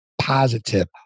positive